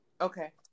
Okay